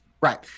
right